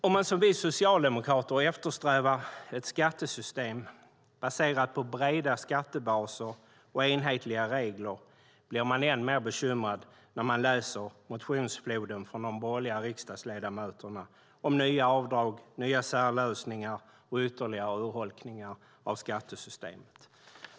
Om man som vi socialdemokrater eftersträvar ett skattesystem baserat på breda skattebaser och enhetliga regler blir man än mer bekymrad när man läser motionsfloden från de borgerliga riksdagsledamöterna om nya avdrag, nya särlösningar och ytterligare urholkningar av skattesystemet.